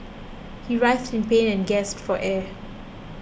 he writhed in pain and gasped for air